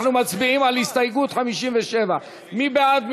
אנחנו מצביעים על הסתייגות 57. מי בעד?